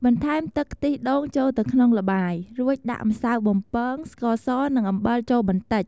បន្ថែមទឹកខ្ទិះដូងចូលទៅក្នុងល្បាយ រួចដាក់ម្សៅបំពង ស្ករស និងអំបិលចូលបន្តិច។